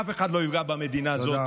אף אחד לא יפגע במדינה הזאת.